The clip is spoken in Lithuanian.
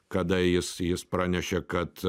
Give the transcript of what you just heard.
kada jis jis pranešė kad